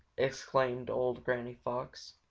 exclaimed old granny fox,